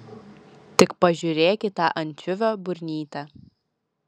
tik pažiūrėk į tą ančiuvio burnytę